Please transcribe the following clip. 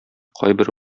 кайбер